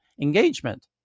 engagement